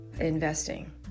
Investing